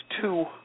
two